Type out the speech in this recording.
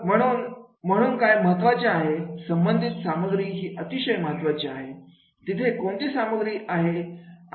तर म्हणून म्हणून म्हणून काय महत्त्वाचे आहे संबंधित सामग्री ही अतिशय महत्त्वाची आहे तिथे कोणती सामग्री आहे आहे